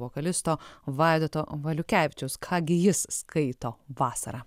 vokalisto vaidoto valiukevičiaus ką gi jis skaito vasarą